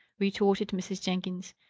retorted mrs. jenkins.